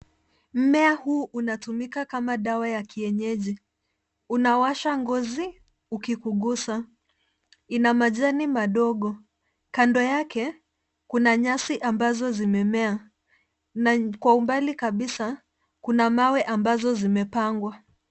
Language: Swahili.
Mmea huu unatumika kama dawa ya kienyeji. Unawasha ngozi ukikugusa. Ina majani madogo, kando yake kuna nyasi ambazo zimemea na kwa umbali kabisa kuna mawe ambazo zimepangwa.